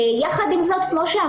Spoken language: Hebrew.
המציאות של נערה שצריכה